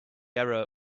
error